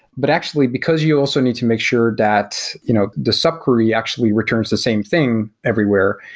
but actually, because you also need to make sure that you know the sub-query actually returns the same thing everywhere,